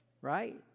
right